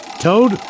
Toad